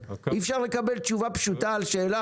על מה שיש ולא על מה שאין.